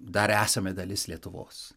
dar esame dalis lietuvos